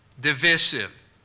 divisive